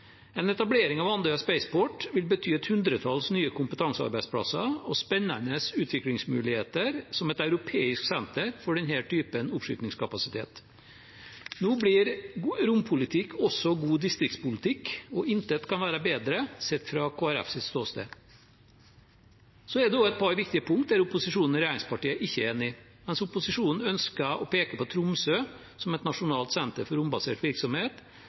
En etablering av Andøya Spaceport vil bety et hundretalls nye kompetansearbeidsplasser og spennende utviklingsmuligheter som et europeisk senter for denne typen oppskytningskapasitet. Nå blir rompolitikk også god distriktspolitikk, og intet kan være bedre, sett fra Kristelig Folkepartis ståsted. Så er det også et par viktige punkt der opposisjonen og regjeringspartiene ikke er enige. Mens opposisjonen ønsker og peker på Tromsø som et nasjonalt senter for rombasert virksomhet,